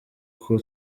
uko